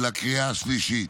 ולקריאה השלישית.